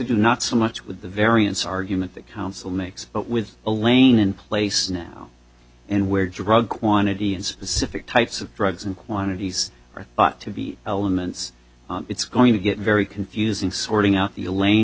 do not so much with the variance argument that counsel makes but with elaine in place now and where drug quantity and specific types of drugs and quantities are thought to be elements it's going to get very confusing sorting out the elaine